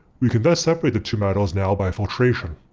we can thus separate the two metals now by filtration.